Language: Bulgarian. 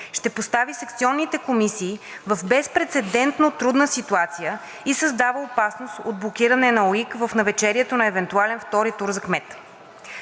ще постави секционните комисии в безпрецедентно трудна ситуация и създава опасност от блокиране на УИК в навечерието на евентуален втори тур за кмет.